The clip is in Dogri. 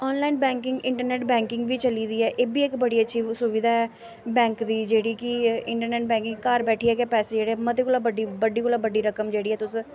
आनलाइन बैंकिंग इंटरनेट बैंकिंग बी चली दी ऐ एह् बी इक बड़ी अच्छी सुविधा ऐ बैंक दी जेह्ड़ी कि इंटरनेट बैंकिंग घार बैठियै गै पैसे जेह्ड़े मती कोला बड्डी कोला बड्डी कोला बड्डी रकम जेह्ड़ी ऐ तुस